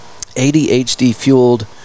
ADHD-fueled